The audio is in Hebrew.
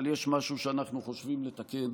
אבל יש משהו שאנחנו חושבים לתקן,